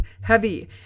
heavy